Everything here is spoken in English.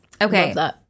Okay